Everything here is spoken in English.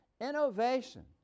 Innovation